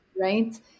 right